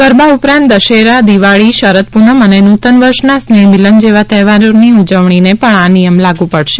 ગરબા ઉપરાંત દશેરા દિવાળી શરદ પૂનમ અને નૂતન વર્ષના સ્નેહમિલન જેવા તહેવારોની ઉજવણીને પણ આ નિયમ લાગુ પડશે